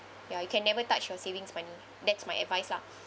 ya you can never touch your savings money that's my advice lah